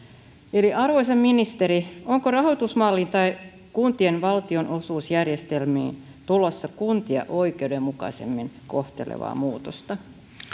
eli arvoisa ministeri onko rahoitusmalliin tai kuntien valtionosuusjärjestelmiin tulossa kuntia oikeudenmukaisemmin kohtelevaa muutosta